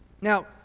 Now